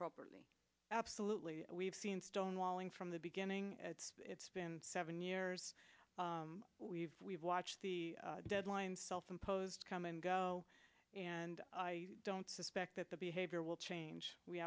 properly absolutely we've seen stonewalling from the beginning it's been seven years we've we've watched the deadline self imposed come and go and i don't suspect that the behavior will change we